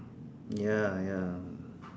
ya ya